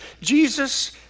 Jesus